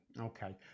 okay